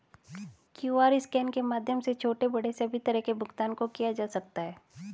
QR scan के माध्यम से छोटे बड़े सभी तरह के भुगतान को किया जा सकता है